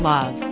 Love